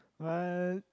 what